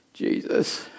Jesus